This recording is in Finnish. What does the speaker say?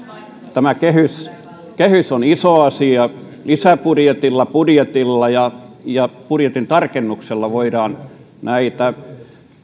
tämä kehys kehys on iso asia lisäbudjetilla budjetilla ja ja budjetin tarkennuksella voidaan näitä